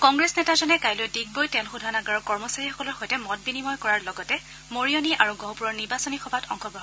কংগ্ৰেছ নেতাজনে কাইলৈ ডিগবৈ তেল শোধনাগাৰৰ কৰ্মচাৰীসকলৰ সৈতে মত বিনিময় কৰাৰ লগতে মৰিয়নী আৰু গহপুৰৰ নিৰ্বাচনী সভাত অংশগ্ৰহণ কৰিব